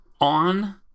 On